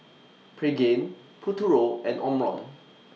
Pregain Futuro and Omron